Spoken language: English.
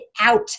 out